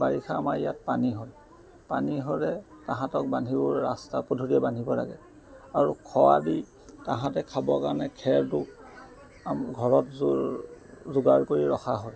বাৰিষা আমাৰ ইয়াত পানী হয় পানী হ'লে তাহাঁতক বান্ধিবলৈ ৰাস্তা পদূলিয়ে বান্ধিব লাগে আৰু খৰালি তাহাঁতে খাবৰ কাৰণে খেৰটো ঘৰত যোগাৰ কৰি ৰখা হয়